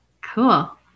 Cool